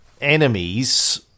enemies